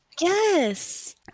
yes